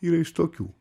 yra iš tokių